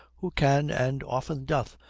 who can, and often doth,